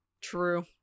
True